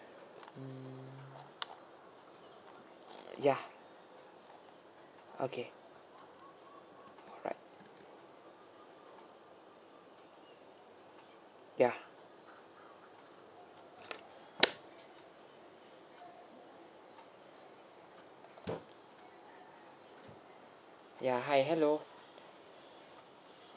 um yeah okay alright yeah ya hi hello